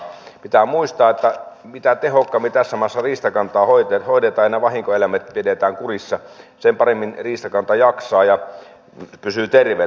pitää muistaa että mitä tehokkaammin tässä maassa riistakantaa hoidetaan ja nämä vahinkoeläimet pidetään kurissa sen paremmin riistakanta jaksaa ja pysyy terveenä